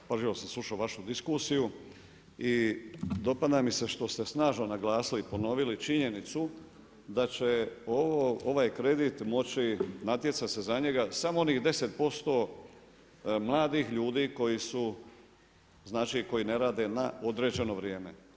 Pažljivo sam slušao vašu diskusiju i dopada mi se što ste snažno naglasili i ponovili činjenicu da će ovaj kredit moći natjecat se za njega samo onih 10% mladih ljudi koji ne rade na određeno vrijeme.